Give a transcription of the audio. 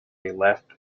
left